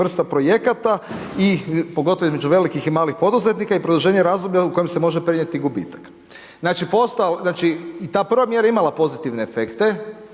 vrsta projekata i pogotovo između velikih i malih poduzetnika i produženje razdoblja u kojem se može prenijeti gubitak. Znači i ta prva mjera je imala pozitivne efekte.